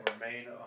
remain